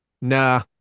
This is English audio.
Nah